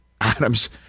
Adams